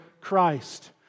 Christ